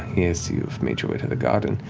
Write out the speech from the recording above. yes, you've made your way through the garden.